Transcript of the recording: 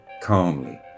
calmly